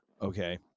Okay